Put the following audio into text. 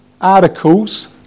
articles